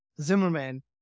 Zimmerman